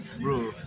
bro